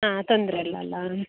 ಹಾಂ ತೊಂದರೆ ಇಲ್ಲ ಅಲ್ಲ